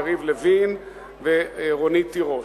יריב לוין ורונית תירוש.